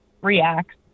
reacts